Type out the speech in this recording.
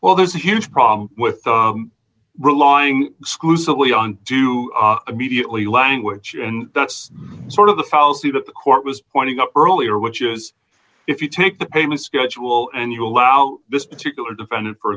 well there's a huge problem with relying exclusively on do immediately language and that's sort of the policy that the court was pointing up earlier which is if you take the payment schedule and you allow this particular defendant for